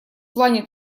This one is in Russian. плане